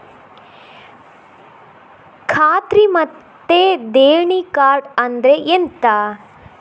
ಖಾತ್ರಿ ಮತ್ತೆ ದೇಣಿ ಕಾರ್ಡ್ ಅಂದ್ರೆ ಎಂತ?